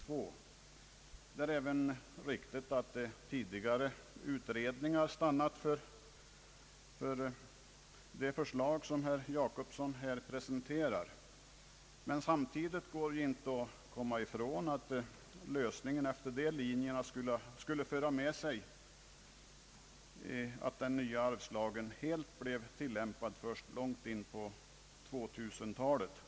Det är även riktigt att tidigare utredningar stannat för det förslag som herr Jacobsson här presenterade, men samtidigt går det inte att komma ifrån att lösningar efter dessa linjer skulle medföra att den nya arvslagen helt blev tillämpad först långt in på 2000-talet.